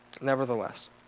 Nevertheless